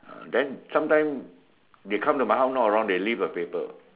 then sometime they come to my house not around they leave the paper